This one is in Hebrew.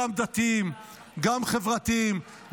גם דתיים וגם חברתיים,